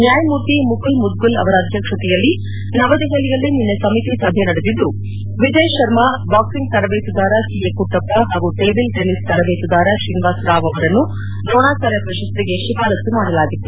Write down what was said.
ನ್ಯಾಯಮೂರ್ತಿ ಮುಕುಲ್ ಮುದ್ಗಲ್ ಅವರ ಅಧ್ಯಕ್ಷತೆಯಲ್ಲಿ ನವದೆಹಲಿಯಲ್ಲಿ ನಿನ್ನೆ ಸಮಿತಿ ಸಭೆ ನಡೆದಿದ್ದು ವಿಜಯ್ ಶರ್ಮಾ ಬಾಕ್ಲಿಂಗ್ ತರಬೇತುದಾರ ಸಿ ಎ ಕುಟ್ಲಪ್ಪ ಹಾಗೂ ಟೇಬಲ್ ಟೆನಿಸ್ ತರಬೇತುದಾರ ಶ್ರೀನಿವಾಸ್ ರಾವ್ ಅವರನ್ನು ದ್ರೋಣಾಚಾರ್ಯ ಪ್ರಶಸ್ತಿಗೆ ಶಿಫಾರಸ್ನು ಮಾಡಲಾಗಿತ್ತು